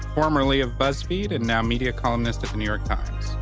former like of buzzfeed and now media columnist at the new york times.